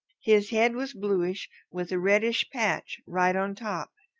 his head was bluish with a reddish patch right on top.